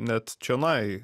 net čionai